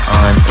on